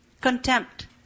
contempt